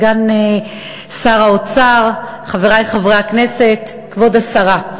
סגן שר האוצר, חברי חברי הכנסת, כבוד השרה,